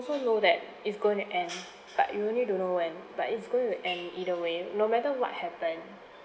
also know that it's going to end but you only don't know when but it's going to end either way no matter what happen